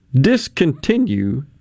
discontinue